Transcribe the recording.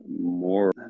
more